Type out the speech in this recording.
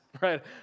right